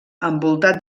envoltat